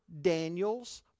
Daniel's